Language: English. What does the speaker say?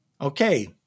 Okay